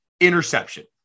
interception